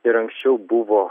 ir anksčiau buvo